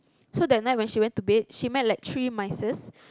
so that night when she went to bed she met like three mices